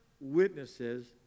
witnesses